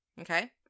Okay